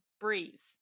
Breeze